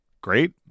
great